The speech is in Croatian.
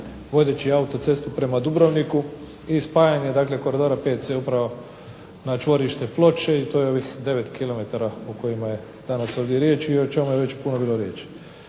vodeći autocestu prema Dubrovniku i spajanje dakle Koridora VC upravo na čvorište Ploče. I to je ovih 9 km o kojima je danas ovdje riječ i o čemu je već puno bilo riječi.